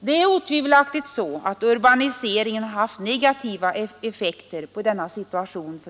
Urbaniseringen har otvivelaktigt haft negativa effekter på människors situation.